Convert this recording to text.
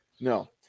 No